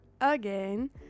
again